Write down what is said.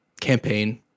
campaign